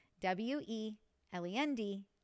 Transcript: W-E-L-E-N-D